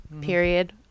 period